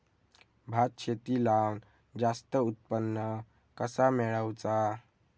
भात शेती लावण जास्त उत्पन्न कसा मेळवचा?